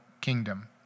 kingdom